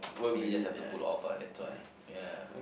ya it just have to pull off ah that's why ya